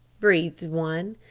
breathed one.